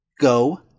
go